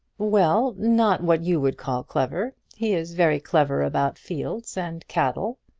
well not what you would call clever. he is very clever about fields and cattle.